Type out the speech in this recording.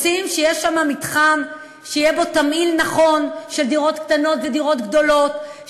רוצים שיהיה שם מתחם שיהיה בו תמהיל נכון של דירות קטנות ודירות גדולות,